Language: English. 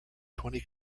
twenty